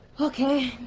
ok,